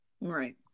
Right